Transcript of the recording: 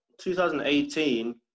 2018